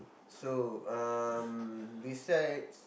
so um besides